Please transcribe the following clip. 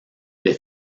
les